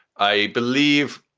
i believe,